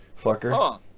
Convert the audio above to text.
fucker